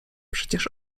przecież